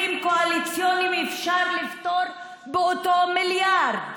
קואליציוניים אפשר לפתור באותו מיליארד.